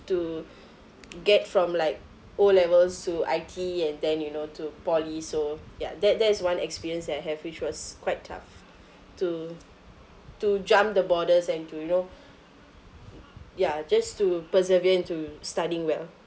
to get from like O levels to I_T_E and then you know to poly so ya that that is one experience I have which was quite tough to to jump the borders and to you know ya just to persevere and to studying well